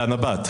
לנב"ת.